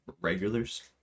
regulars